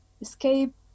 escape